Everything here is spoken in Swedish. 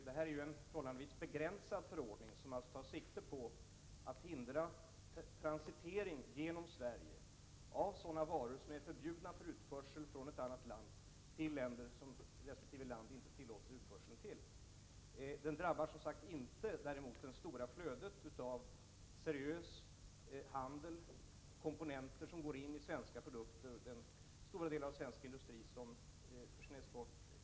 Den 19 februari rann 50 ton varm, giftig fenol ur cisternerna vid Kema Nobels fabrik i Stockvik strax söder om Sundsvall. Massan svämmade över en skyddsvall som inte klarade så stora volymer, och tonvis med fenol rann via en avloppsbrunn ut i avloppsnätet, förstörde ett kommunalt reningsverk och fortsatte ut i havet. Detta är inte den första miljöskandalen vid Stockviksfabrikerna.